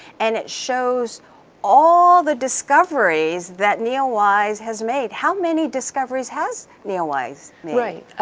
and it shows all the discoveries that neowise has made. how many discoveries has neowise made?